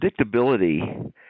predictability